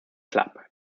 club